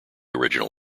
original